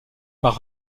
par